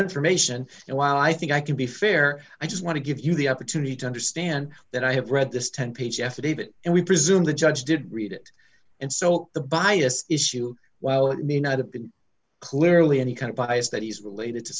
information and while i think i can be fair i just want to give you the opportunity to understand that i have read this ten page affidavit and we presume the judge did read it and so the bias issue while it may not have been clearly any kind of bias that he's related to